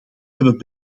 hebben